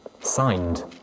Signed